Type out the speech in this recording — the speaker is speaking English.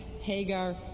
Hagar